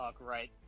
right